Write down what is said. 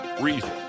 reason